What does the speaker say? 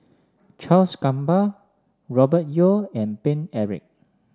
Charles Gamba Robert Yeo and Paine Eric